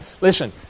Listen